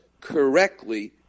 correctly